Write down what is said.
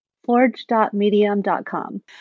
Forge.medium.com